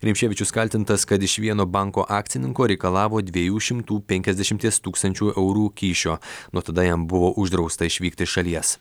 rimševičius kaltintas kad iš vieno banko akcininko reikalavo dviejų šimtų penkiasdešimties tūksančių eurų kyšio nuo tada jam buvo uždrausta išvykti iš šalies